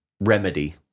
remedy